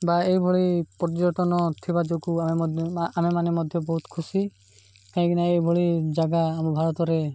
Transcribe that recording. ବା ଏହିଭଳି ପର୍ଯ୍ୟଟନ ଥିବା ଯୋଗୁଁ ଆମେ ମଧ୍ୟ ଆମେ ମାନେ ମଧ୍ୟ ବହୁତ ଖୁସି କାହିଁକିନା ଏହିଭଳି ଜାଗା ଆମ ଭାରତରେ